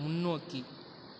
முன்னோக்கி